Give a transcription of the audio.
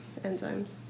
enzymes